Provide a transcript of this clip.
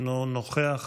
אינו נוכח,